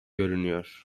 görünüyor